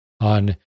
on